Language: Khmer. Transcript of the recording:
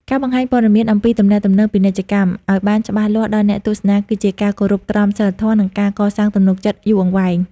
ការបង្ហាញព័ត៌មានអំពីទំនាក់ទំនងពាណិជ្ជកម្ម ឱ្យបានច្បាស់លាស់ដល់អ្នកទស្សនា គឺជាការគោរពក្រមសីលធម៌ និងការកសាងទំនុកចិត្តយូរអង្វែង។